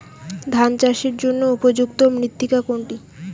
ধান চাষের জন্য উপযুক্ত মৃত্তিকা কোনটি?